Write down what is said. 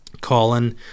Colin